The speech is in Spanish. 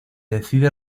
decide